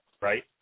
right